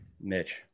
Mitch